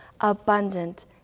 Abundant